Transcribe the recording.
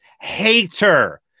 hater